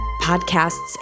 podcasts